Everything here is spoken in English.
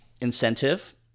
incentive